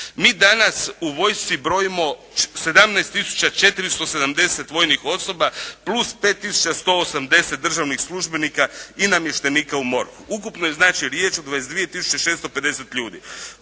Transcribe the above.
Mi danas u vojsci brojimo 17 tisuća 470 vojnih osoba, plus 5 tisuća 180 državnih službenika i namještenika u MORH-u. ukupno je, znači riječ o 22 tisuće 650 ljudi.